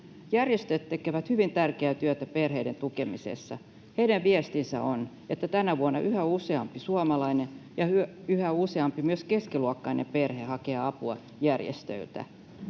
Järjestöt tekevät hyvin tärkeää työtä perheiden tukemisessa. Heidän viestinsä on, että tänä vuonna yhä useampi suomalainen ja yhä useampi myös keskiluokkainen perhe hakee apua järjestöiltä.